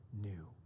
new